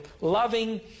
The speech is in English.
loving